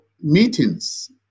meetings